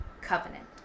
covenant